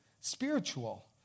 spiritual